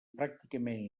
pràcticament